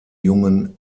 jungen